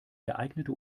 geeignete